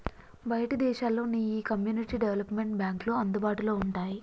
బయటి దేశాల్లో నీ ఈ కమ్యూనిటీ డెవలప్మెంట్ బాంక్లు అందుబాటులో వుంటాయి